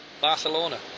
Barcelona